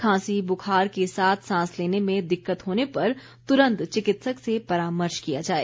खांसी बुखार के साथ सांस लेने में दिक्कत होने पर तुरंत चिकित्सक से परामर्श लिया जाए